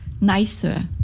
nicer